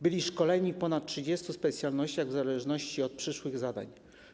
Byli szkoleni w ponad 30 specjalnościach, w zależności od przyszłych zadań.